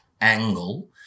angle